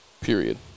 Period